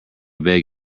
beg